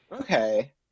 Okay